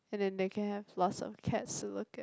and then they can have lots of cats to look at